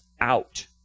out